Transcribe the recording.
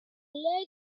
legend